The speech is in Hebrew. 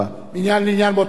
מעניין לעניין באותו עניין,